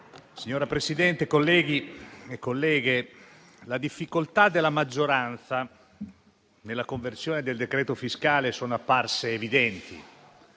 Signora Presidente, colleghe e colleghi, le difficoltà della maggioranza nella conversione del decreto-legge fiscale sono apparse evidenti,